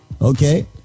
Okay